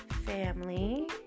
family